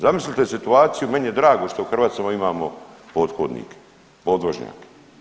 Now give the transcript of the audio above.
Zamislite situaciju, meni je drago što u Hrvacima imamo pothodnik, podvožnjak.